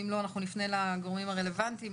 ואם לא נפנה לגורמים הרלבנטיים.